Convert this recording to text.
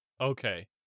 okay